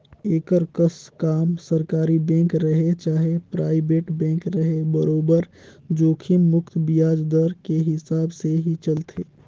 एकर कस काम सरकारी बेंक रहें चाहे परइबेट बेंक रहे बरोबर जोखिम मुक्त बियाज दर के हिसाब से ही चलथे